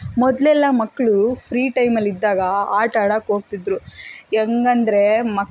ಮೊದಲೆಲ್ಲ ಮಕ್ಕಳು ಫ್ರೀ ಟೈಮಲ್ಲಿದ್ದಾಗ ಆಟ ಆಡಾಕೆ ಹೋಗ್ತಿದ್ರು ಹೆಂಗಂದ್ರೆ ಮಕ